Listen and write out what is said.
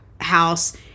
house